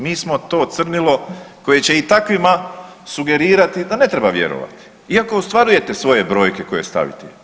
Mi smo to crnilo koje će i takvima sugerirati da ne treba vjerovati iako ostvarujete svoje brojke koje stavite.